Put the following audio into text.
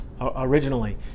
originally